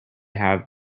have